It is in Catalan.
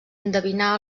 endevinar